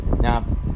now